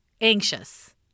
anxious